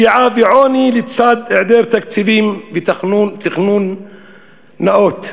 פשיעה ועוני לצד היעדר תקציבים ותכנון נאות.